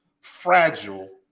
fragile